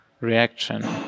reaction